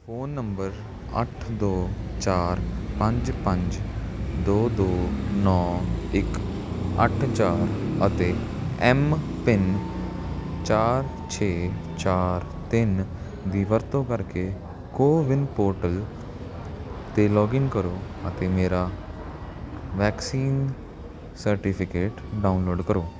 phone number ਅੱਠ ਦੋ ਚਾਰ ਪੰਜ ਪੰਜ ਦੋ ਦੋ ਨੌਂ ਇੱਕ ਅੱਠ ਚਾਰ ਅਤੇ ਐਮ ਪਿੰਨ ਚਾਰ ਛੇ ਚਾਰ ਤਿੰਨ ਦੀ ਵਰਤੋਂ ਕਰਕੇ ਕੋਵਿਨ ਪੋਰਟਲ 'ਤੇ ਲੌਗਇਨ ਕਰੋ ਅਤੇ ਮੇਰਾ ਵੈਕਸੀਨ ਸਰਟੀਫਿਕੇਟ ਡਾਊਨਲੋਡ ਕਰੋ